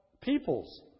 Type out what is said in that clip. people's